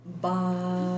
Bye